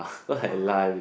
lah